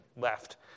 left